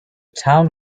town